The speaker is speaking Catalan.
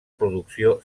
producció